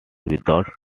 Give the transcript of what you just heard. without